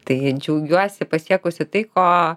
taigi džiaugiuosi pasiekusi tai ko